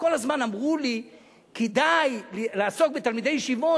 כל הזמן אמרו לי שכדאי לעסוק בתלמידי ישיבות,